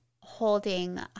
holding